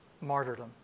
martyrdom